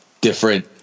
different